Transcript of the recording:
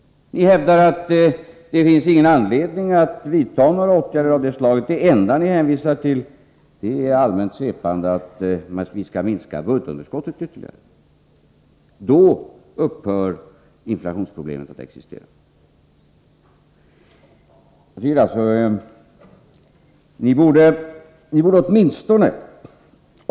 Ni hävdar att det inte finns någon anledning att vidta åtgärder av det slaget. Det enda ni i allmänt svepande ordalag hänvisar till är att vi skall minska budgetunderskottet ytterligare. Då upphör enligt er inflationsproblemet att existera.